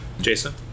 Jason